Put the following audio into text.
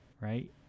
right